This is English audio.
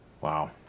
Wow